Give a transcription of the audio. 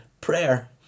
prayer